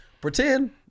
pretend